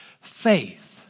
Faith